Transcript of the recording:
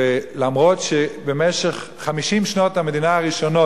למרות שבמשך 50 שנות המדינה הראשונות